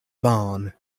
barn